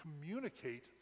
communicate